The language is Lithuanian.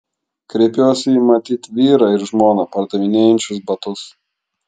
kreipiuosi į matyt vyrą ir žmoną pardavinėjančius batus